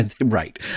Right